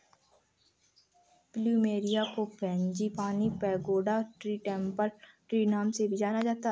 plumeria को frangipani, pagoda tree, temple tree नाम से भी जाना जाता है